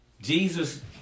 Jesus